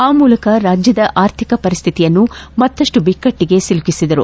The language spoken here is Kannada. ಆ ಮೂಲಕ ರಾಜ್ಯದ ಆರ್ಥಿಕ ಪರಿಸ್ಥಿತಿಯನ್ನು ಮತ್ತಷ್ಟು ಬಿಕ್ಕಟ್ಟಿಗೆ ಸಿಲುಕಿಸಿದರು